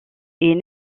est